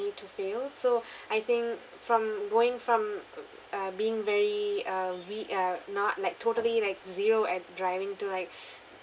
to fail so I think from going from uh uh being very uh we are not like totally like zero at driving to like